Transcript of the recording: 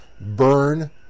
Burn